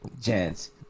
gents